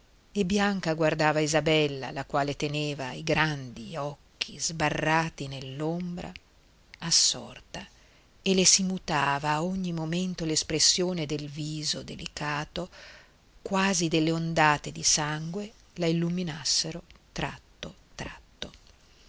e bianca guardava isabella la quale teneva i grand'occhi sbarrati nell'ombra assorta e le si mutava a ogni momento l'espressione del viso delicato quasi delle ondate di sangue la illuminassero tratto tratto